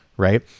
Right